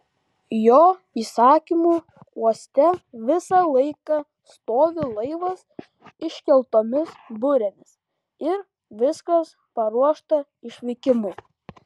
jo įsakymu uoste visą laiką stovi laivas iškeltomis burėmis ir viskas paruošta išvykimui